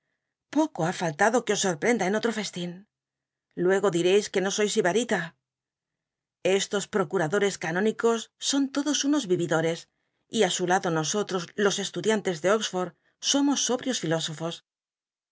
oco ha faltado que os sotprcnda en o arita l stos wocuta luego diteis que no sois sil dopcs canónicos son lodos unos vividores y ú su lado nosoli'os los estudiantes de oxford somos sóbtios filósofos